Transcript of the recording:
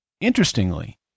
Interestingly